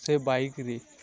ସେ ବାଇକରେ